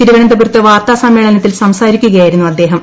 തിരുവനന്തപുരത്ത് വാർത്താ സമ്മേളനത്തിൽ സംസാരിക്കുകയായിരുന്നു അദ്ദേഹം